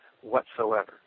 whatsoever